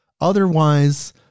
Otherwise